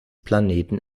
planeten